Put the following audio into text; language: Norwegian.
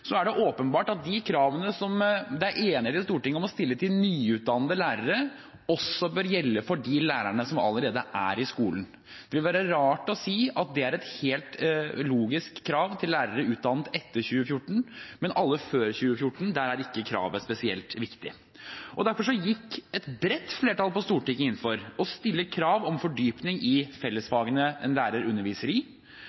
er det åpenbart at de kravene som det er enighet i Stortinget om å stille til nyutdannede lærere, også bør gjelde for de lærerne som allerede er i skolen. Det ville være rart å si at det er et helt logisk krav til lærere utdannet etter 2014, men for alle utdannet før 2014 er ikke kravet spesielt viktig. Derfor gikk et bredt flertall på Stortinget inn for å stille krav om fordypning i